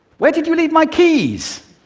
where did you leave my keys?